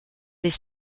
des